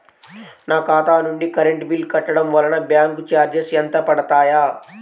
నా ఖాతా నుండి కరెంట్ బిల్ కట్టడం వలన బ్యాంకు చార్జెస్ ఎంత పడతాయా?